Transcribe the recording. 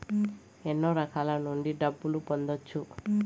ఎన్నో రకాల నుండి డబ్బులు పొందొచ్చు